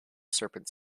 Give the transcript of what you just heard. serpent